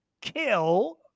kill